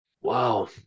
Wow